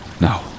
No